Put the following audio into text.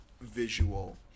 visual